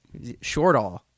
Shortall